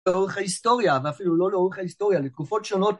לאורך ההיסטוריה, ואפילו לא לאורך ההיסטוריה, לתקופות שונות